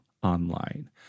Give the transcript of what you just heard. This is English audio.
Online